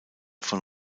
von